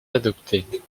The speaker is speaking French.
adopter